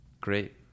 Great